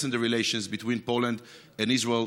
the relations between Poland and Israel.